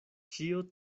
ĉio